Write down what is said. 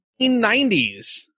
1990s